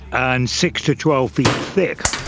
and six to twelve feet thick.